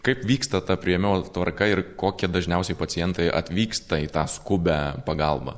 kaip vyksta ta priėmimo tvarka ir kokie dažniausiai pacientai atvyksta į tą skubią pagalbą